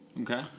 okay